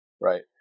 right